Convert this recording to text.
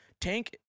Tank